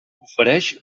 ofereix